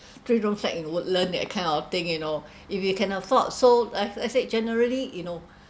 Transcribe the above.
three room flat in woodlands that kind of thing you know if you can afford so I've I said generally you know